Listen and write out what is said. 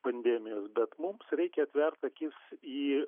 pandemijos bet mums reikia atvert akis į